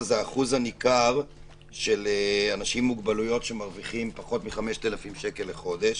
האחוז הניכר של אנשים עם מוגבלויות שמרוויחים פחות מ-5,000 שקל לחודש.